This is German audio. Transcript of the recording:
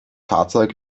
fahrzeug